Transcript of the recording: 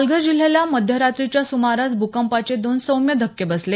पालघर जिल्ह्याला मध्यरात्रीच्या सुमारास भूकंपाचे दोन सौम्य धक्के बसले